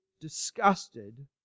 disgusted